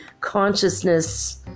consciousness